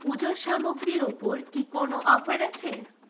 পুজোর সামগ্রীর ওপর কি কোনও অফার আছে